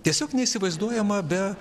tiesiog neįsivaizduojama be